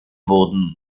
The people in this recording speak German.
wurden